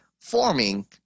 forming